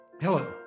Hello